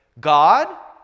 God